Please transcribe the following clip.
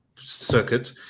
circuit